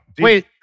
Wait